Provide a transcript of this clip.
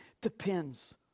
depends